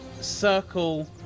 circle